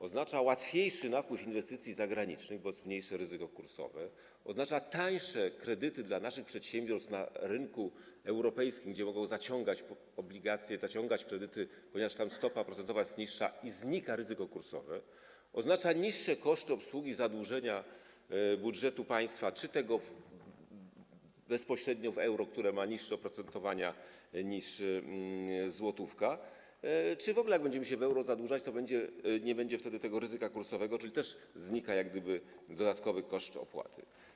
Oznacza łatwiejszy napływ inwestycji zagranicznych, bo jest mniejsze ryzyko kursowe, oznacza tańsze kredyty dla naszych przedsiębiorstw na rynku europejskim, gdzie mogą one zaciągać obligacje, zaciągać kredyty, ponieważ tam stopa procentowa jest niższa i znika ryzyko kursowe, oznacza niższe koszty obsługi zadłużenia budżetu państwa, czy tego bezpośrednio w euro, które ma niższe oprocentowanie niż złotówka, czy w ogóle, bo jak będziemy się zadłużać w euro, to nie będzie wtedy tego ryzyka kursowego, czyli też znika jak gdyby dodatkowy koszt, znikają te opłaty.